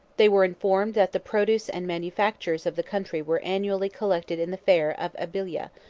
they were informed that the produce and manufactures of the country were annually collected in the fair of abyla,